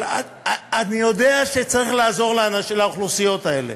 ואני יודע שצריך לעזור לאוכלוסיות האלה.